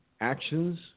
actions